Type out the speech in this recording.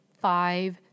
five